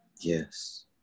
Yes